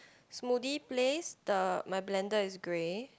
smoothie place the my blender is grey